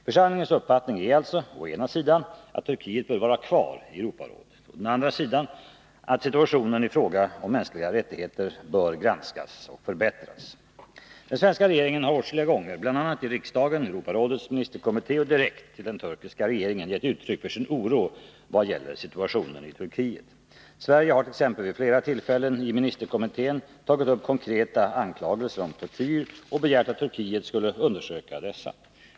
Församlingens uppfattning är alltså å ena sidan att Turkiet bör vara kvar i Europarådet, å andra sidan att situationen i fråga om mänskliga rättigheter bör granskas och förbättras. Den svenska regeringen har åtskilliga gånger, bl.a. i riksdagen, i Europarådets ministerkommitté och direkt till den turkiska regeringen, gett uttryck för sin oro vad gäller situationen i Turkiet. Sverige hart.ex. vid flera tillfällen i ministerkommittén tagit upp konkreta anklagelser om tortyr och begärt att Turkiet skulle undersöka dessa.